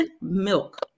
milk